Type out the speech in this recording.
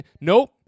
Nope